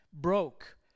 broke